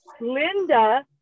Linda